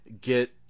get